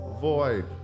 void